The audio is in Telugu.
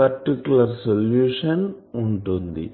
పర్టికులర్ సొల్యూషన్ ఉంటుంది